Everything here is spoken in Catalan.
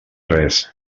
res